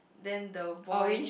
then the boy